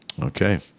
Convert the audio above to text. Okay